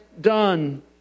done